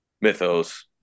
mythos